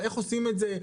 איך עושים את זה?